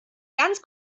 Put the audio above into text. ganz